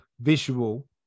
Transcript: visual